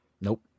Nope